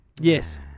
Yes